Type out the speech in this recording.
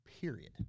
Period